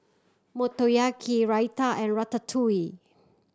Motoyaki Raita and Ratatouille